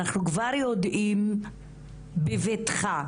אנחנו כבר יודעים בבטחה,